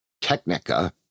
Technica